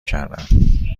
کردم